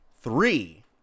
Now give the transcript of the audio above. Three